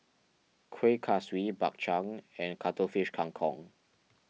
Kuih Kaswi Bak Chang and Cuttlefish Kang Kong